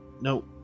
No